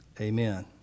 Amen